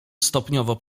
stopniowo